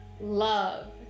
love